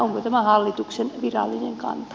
onko tämä hallituksen virallinen kanta